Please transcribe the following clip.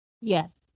Yes